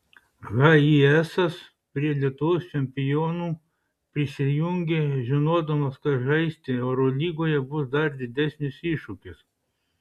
hayesas prie lietuvos čempionų prisijungė žinodamas kad žaisti eurolygoje bus dar didesnis iššūkis